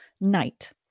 Night